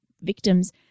victims